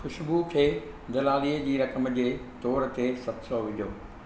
ख़ुशबू खे दलालीअ जी रक़म जे तौर ते सत सौ विझो